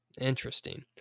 interesting